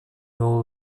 его